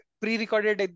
pre-recorded